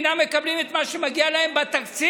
אינם מקבלים את מה שמגיע להם בתקציב,